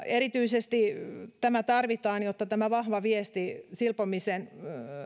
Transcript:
erityisesti tämä tarvitaan jotta tämä vahva viesti silpomisen